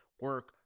Work